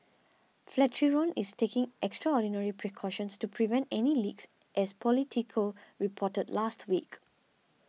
Flatiron is taking extraordinary precautions to prevent any leaks as politico reported last week